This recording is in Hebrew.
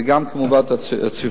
וגם כמובן צפיפות.